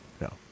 No